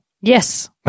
Yes